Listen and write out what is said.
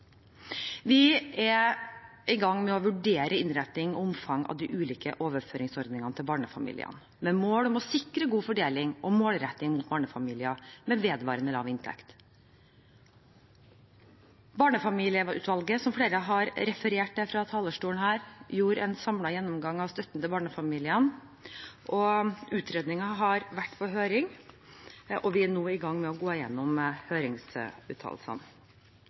Vi er i gang med å vurdere innretting og omfang av de ulike overføringsordningene til barnefamiliene, med mål om å sikre god fordeling og målretting mot barnefamilier med vedvarende lav inntekt. Barnefamilieutvalget, som flere har referert til fra denne talerstolen, gjorde en samlet gjennomgang av støtten til barnefamiliene. Utredningen har vært på høring, og vi er nå i gang med å gå gjennom høringsuttalelsene.